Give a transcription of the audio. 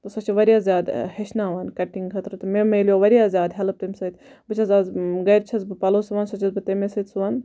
سۄ چھِ واریاہ زیادٕ ہیٚچھناوان کَٹِنٛگ خٲطرٕ تہٕ مےٚ مِلیو واریاہ زیاد ہیٚلپ تمہِ سۭتۍ بہٕ چھَس آز گَرٕ چھَس بہٕ پَلَو سُوان سۄ چھَس بہٕ تمے سۭتۍ سُوان